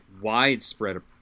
widespread